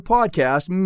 Podcast